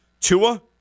Tua